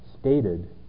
stated